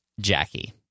Jackie